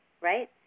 right